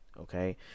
okay